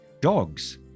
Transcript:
dogs